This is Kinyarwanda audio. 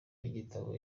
igitabo